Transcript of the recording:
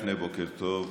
דקה לפני בוקר טוב,